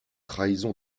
trahison